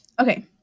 okay